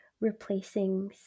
replacing